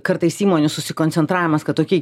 kartais įmonių susikoncentravimas kad tokie